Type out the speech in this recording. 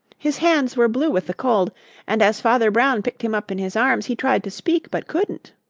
his hands were blue with the cold and as father brown picked him up in his arms he tried to speak, but couldn't.